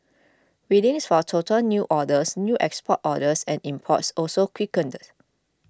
readings for total new orders new export orders and imports also quickened